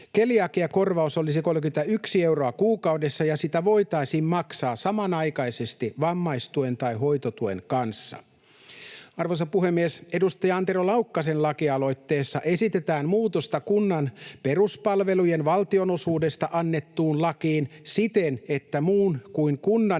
Keliakiakorvaus olisi 31 euroa kuukaudessa ja sitä voitaisiin maksaa samanaikaisesti vammaistuen tai hoitotuen kanssa. Arvoisa puhemies! Edustaja Antero Laukkasen lakialoitteessa esitetään muutosta kunnan peruspalvelujen valtionosuudesta annettuun lakiin siten, että muun kuin kunnan